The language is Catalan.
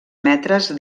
metres